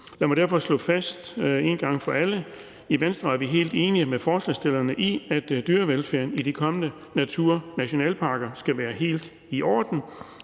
Lad mig derfor slå fast en gang for alle, at i Venstre er vi helt enige med forslagsstillerne i, at dyrevelfærden i de kommende naturnationalparker skal være helt i orden.